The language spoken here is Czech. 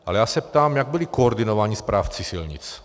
Ale já se ptám jak byli koordinováni správci silnic?